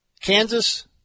Kansas